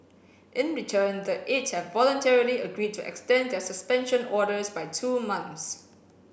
in return the eight have voluntarily agreed to extend their suspension orders by two months